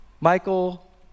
Michael